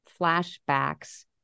flashbacks